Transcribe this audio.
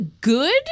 good